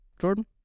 Jordan